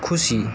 খুশি